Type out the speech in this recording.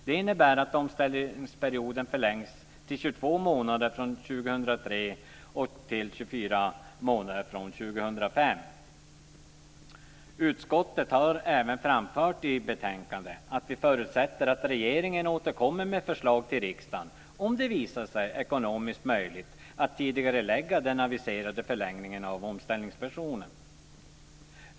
Det innebär att omställningsperioden förlängs till 22 månader från 2003 och till 24 Utskottet har även framfört i betänkandet att vi förutsätter att regeringen återkommer med förslag till riksdagen, om det visar sig ekonomiskt möjligt, att tidigarelägga den aviserade förlängningen av omställningspensionen.